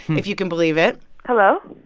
if you can believe it hello?